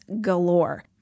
galore